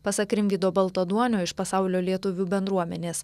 pasak rimvydo baltaduonio iš pasaulio lietuvių bendruomenės